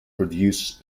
produce